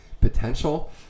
potential